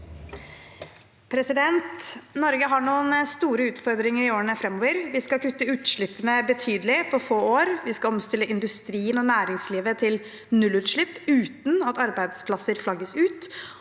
Norge har noen store utfordringer i årene framover. Vi skal kutte utslippene betydelig på få år, vi skal omstille industrien og næringslivet til nullutslipp uten at arbeidsplasser flagges ut,